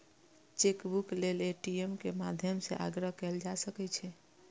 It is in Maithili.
चेकबुक लेल ए.टी.एम के माध्यम सं आग्रह कैल जा सकै छै